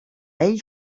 ell